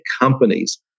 companies